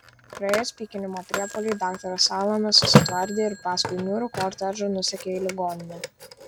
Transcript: praėjus pykinimo priepuoliui daktaras alanas susitvardė ir paskui niūrų kortežą nusekė į ligoninę